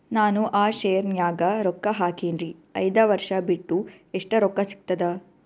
ನಾನು ಆ ಶೇರ ನ್ಯಾಗ ರೊಕ್ಕ ಹಾಕಿನ್ರಿ, ಐದ ವರ್ಷ ಬಿಟ್ಟು ಎಷ್ಟ ರೊಕ್ಕ ಸಿಗ್ತದ?